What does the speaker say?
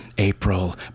April